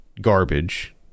garbage